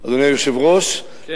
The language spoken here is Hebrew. אדוני היושב-ראש, כן.